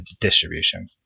distribution